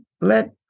let